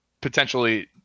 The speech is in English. potentially